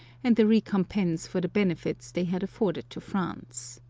and the recompense for the benefits they had afforded to france.